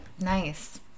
Nice